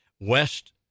West